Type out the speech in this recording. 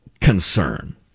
concern